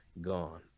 gone